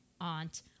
aunt